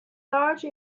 large